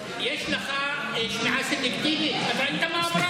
לא שמעת מה היא אמרה?